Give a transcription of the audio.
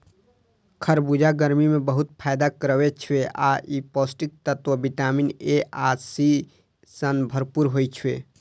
खरबूजा गर्मी मे बहुत फायदा करै छै आ ई पौष्टिक तत्व विटामिन ए आ सी सं भरपूर होइ छै